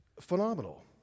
Phenomenal